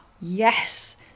yes